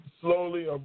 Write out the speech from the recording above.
slowly